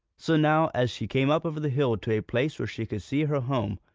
so now, as she came up over the hill to a place where she could see her home,